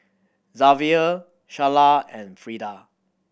Zavier Sharla and Freeda